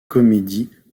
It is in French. comédies